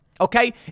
Okay